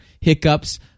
hiccups